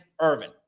Irvin